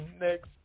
next